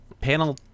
Panel